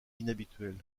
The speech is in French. inhabituels